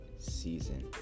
season